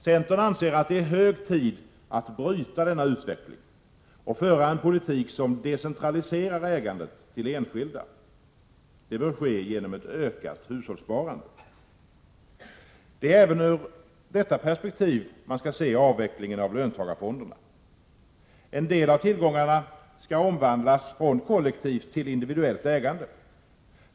Centern anser att det är hög tid att bryta denna utveckling och föra en politik som decentraliserar ägandet till enskilda. Det bör ske genom ett ökat hushållssparande. Det är även ur detta perspektiv man skall se avvecklingen av löntagarfonderna. En del av tillgångarna skall omvandlas från kollektivt till individuellt ägande.